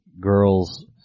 girl's